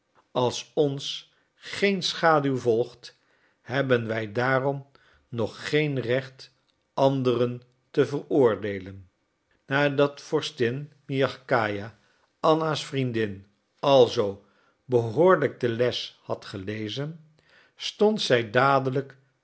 als ons geen schaduw volgt hebben wij daarom nog geen recht anderen te veroordeelen nadat vorstin miagkaja anna's vriendin alzoo behoorlijk de les had gelezen stond zij dadelijk